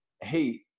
hey